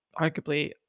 arguably